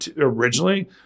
originally